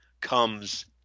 comes